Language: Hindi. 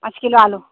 पाँच किलो आलू